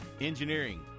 engineering